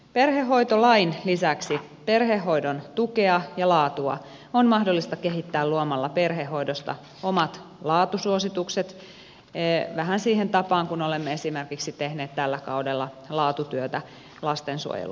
perhehoitolain lisäksi perhehoidon tukea ja laatua on mahdollista kehittää luomalla perhehoidosta omat laatusuositukset vähän siihen tapaan kuin olemme esimerkiksi tehneet tällä kaudella laatutyötä lastensuojelun osalta